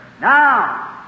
Now